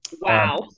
Wow